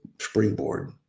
springboard